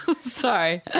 Sorry